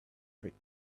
trick